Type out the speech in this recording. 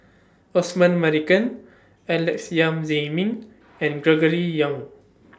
Osman Merican Alex Yam Ziming and Gregory Yong